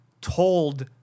told